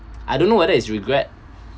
I don't know whether is regret